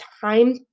time